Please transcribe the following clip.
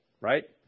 right